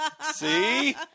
See